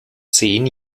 zehn